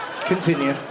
Continue